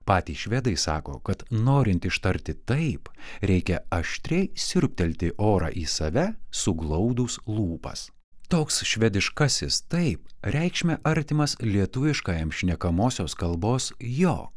patys švedai sako kad norint ištarti taip reikia aštriai siurbtelti orą į save suglaudus lūpas toks švediškasis taip reikšme artimas lietuviškajam šnekamosios kalbos jo